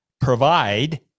provide